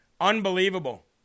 Unbelievable